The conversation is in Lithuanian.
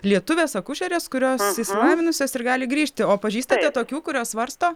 lietuvės akušerės kurios išsilavinusios ir gali grįžti o pažįstate tokių kurios svarsto